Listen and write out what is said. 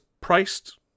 priced